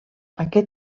aquest